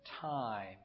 time